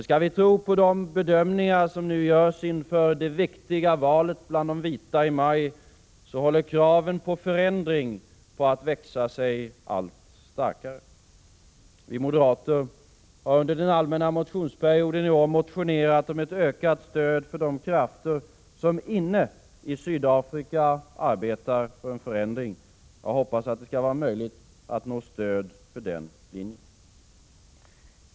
Skall vi tro på de bedömningar som nu görs inför det viktiga valet bland de vita i maj, håller kravet på förändring på att växa sig allt starkare. Vi moderater har under den allmänna motionsperioden i år motionerat om ett ökat stöd för de krafter som inne i Sydafrika arbetar för en förändring. Jag hoppas att det skall vara möjligt att nå stöd för den linjen.